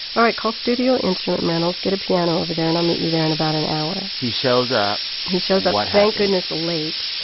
all right. call studio instrument rentals. get a piano over there, and i'll meet you there in about an hour he shows up he shows up. what happens. thank goodness late cause.